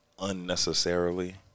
unnecessarily